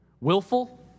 Willful